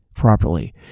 properly